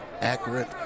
accurate